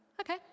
Okay